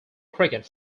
cricket